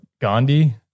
Gandhi